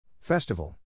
Festival